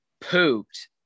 pooped